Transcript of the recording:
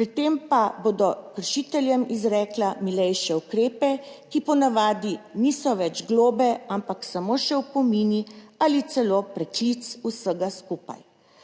pri tem pa bodo kršiteljem izrekla milejše ukrepe, ki po navadi niso več globe, ampak samo še opomini ali celo preklic vsega skupaj.